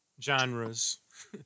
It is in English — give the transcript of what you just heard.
genres